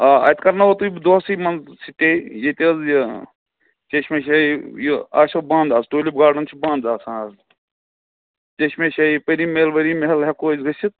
آ اَتہِ کَرناوو تُہۍ بہٕ دۄہَسٕے منٛز سِٹے ییٚتہِ حظ یہِ چیشمے شاہی یہِ آسیو بنٛد آز ٹوٗلِپ گاڈَن چھِ بٛنٛد آسان اَز چشمہ شاہی پٔری محل ؤری محل ہٮ۪کو أسۍ گٔژھِتھ